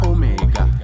Omega